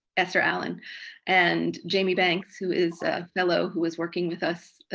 esther allen and jamie banks, who is a fellow who was working with us,